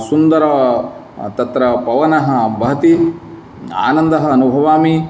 सुन्दरः तत्र पवनः वहति आनन्दः अनुभवामि